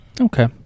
Okay